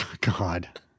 God